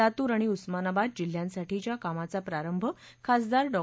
लातूर आणि उस्मानाबाद जिल्ह्यांसाठीच्या कामाचा पारंभ खासदार डॉ